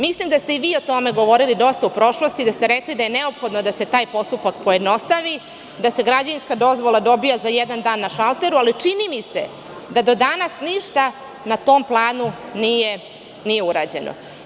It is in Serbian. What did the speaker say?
Mislim da ste i vi o tome govorili dosta u prošlosti, da ste rekli da je neophodno da se taj postupak pojednostavi, da se građevinska dozvola dobija za jedan dan na šalteru, ali čini mi se da do danas ništa na tom planu nije urađeno.